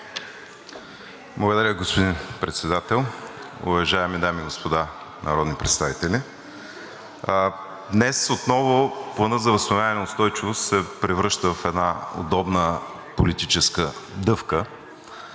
Благодаря, господин Председател. Уважаеми дами и господа народни представители, днес отново Планът за възстановяване и устойчивост се превръща в една удобна политическа дъвка,